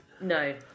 no